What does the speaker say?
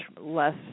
less